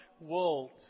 world